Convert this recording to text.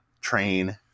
train